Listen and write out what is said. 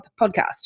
podcast